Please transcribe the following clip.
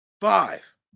Five